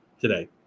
today